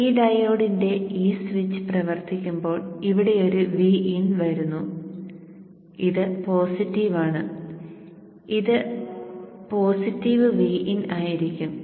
ഈ ഡയോഡിന്റെ ഈ സ്വിച്ച് പ്രവർത്തിക്കുമ്പോൾ ഇവിടെ ഒരു Vin വരുന്നു ഇത് പോസിറ്റീവ് ആണ് ഇത് പോസിറ്റീവ് Vin ആയിരിക്കും